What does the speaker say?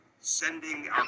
sending